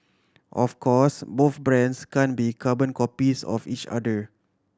of course both brands can't be carbon copies of each other